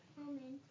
Amen